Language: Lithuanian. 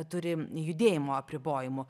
turi judėjimo apribojimų